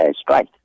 strike